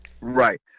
Right